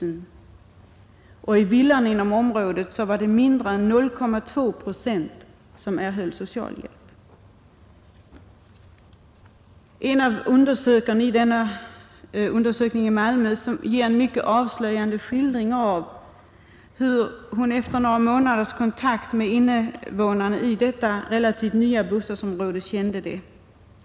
I villorna i området var det mindre än 0,2 procent som erhöll socialhjälp. En av undersökarna i denna undersökning i Malmö ger en avslöjande skildring av hur hon känt det efter några månaders kontakt med invånarna i ett relativt nytt bostadsområde.